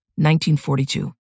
1942